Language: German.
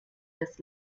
das